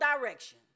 direction